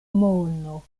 mono